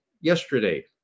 yesterday